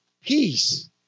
peace